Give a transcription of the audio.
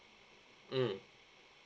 mm